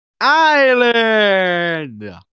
Island